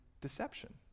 deception